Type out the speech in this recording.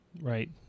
right